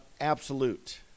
absolute